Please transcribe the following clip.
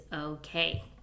okay